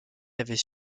avaient